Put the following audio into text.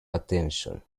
attention